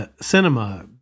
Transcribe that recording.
cinema